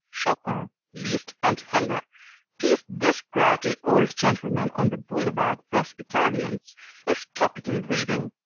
chopin, liszt and heller teased this grouty old gentleman on the boulevard des italiens is capital reading,